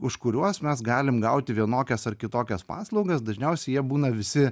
už kuriuos mes galim gauti vienokias ar kitokias paslaugas dažniausiai jie būna visi